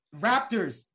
Raptors